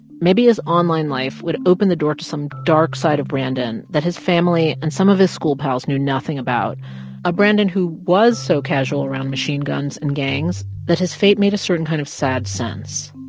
maybe his online life would open the door to some dark side of brandon that his family and some of his school pals knew nothing about a brandon who was so casual around machine guns and gangs that his fate made a certain kind of sad sense.